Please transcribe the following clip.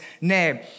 name